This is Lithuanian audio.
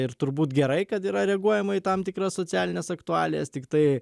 ir turbūt gerai kad yra reaguojama į tam tikras socialines aktualijas tiktai